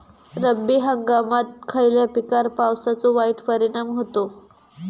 रब्बी हंगामात खयल्या पिकार पावसाचो वाईट परिणाम होता?